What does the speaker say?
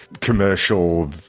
commercial